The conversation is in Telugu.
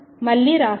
మళ్లీ రాస్తాను